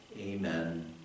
Amen